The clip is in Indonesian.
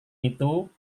itu